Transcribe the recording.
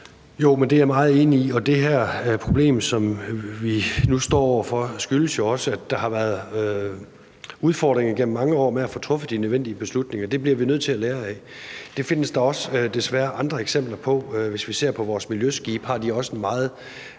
Poulsen): Det er jeg meget enig i, og det her problem, som vi nu står over for, skyldes jo også, at der har været udfordringer igennem mange år med at få truffet de nødvendige beslutninger. Det bliver vi nødt til at lære af. Det findes der desværre også andre eksempler på. Hvis vi ser på vores miljøskibe, er de også meget